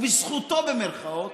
ו"בזכותו", במירכאות,